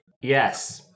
yes